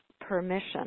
permission